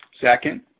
Second